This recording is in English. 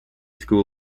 school